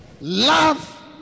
Love